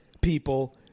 people